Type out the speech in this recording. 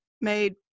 made